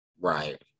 Right